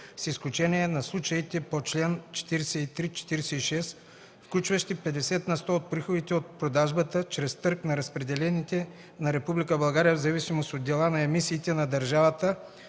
с изключение на случаите по чл. 43-46, включващи петдесет на сто от приходите от продажбата чрез търг на разпределените на Република България в зависимост от дела на емисиите на държавата